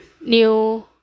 new